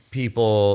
people